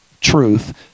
truth